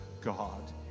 God